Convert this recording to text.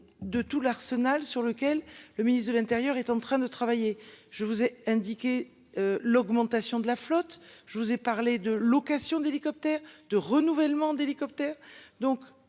de tout l'arsenal sur lequel le ministre de l'Intérieur est en train de travailler. Je vous ai indiqué. L'augmentation de la flotte je vous ai parlé de location d'hélicoptères de renouvellement d'hélicoptères.